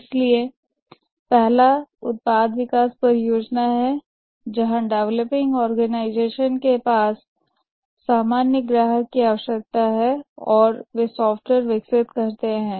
इसलिए पहला उत्पाद विकास परियोजना है जहां डेवलपिंग ऑर्गेनाइजेशन के पास सामान्य ग्राहक की आवश्यकता है और वे सॉफ्टवेयर विकसित करते हैं